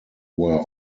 were